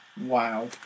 Wow